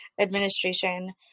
administration